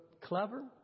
clever